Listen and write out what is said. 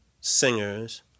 singers